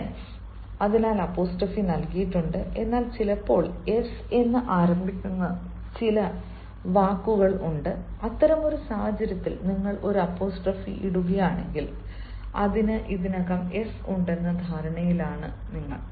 women's Women's അതിനാൽ apostrophe നൽകിയിട്ടുണ്ട് എന്നാൽ ചിലപ്പോൾ s എന്ന് ആരംഭിക്കുന്ന ചില വാക്കുകൾ ഉണ്ട് അത്തരമൊരു സാഹചര്യത്തിൽ നിങ്ങൾ ഒരു അപ്പോസ്ട്രോഫി ഇടുകയാണെങ്കിൽ അതിന് ഇതിനകം s ഉണ്ടെന്ന ധാരണയിലാണ് നിങ്ങൾ